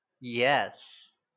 Yes